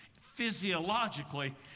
physiologically